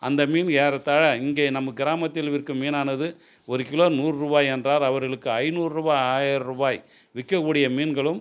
அந்த மீன் ஏறத்தாழ இங்கே நம்ம கிராமத்தில் விற்கும் மீனானது ஒரு கிலோ நூறு ரூபாய் என்றால் அவர்களுக்கு ஐநூறு ரூபாய் ஆயிரம் ரூபாய் விற்கக்கூடிய மீன்களும்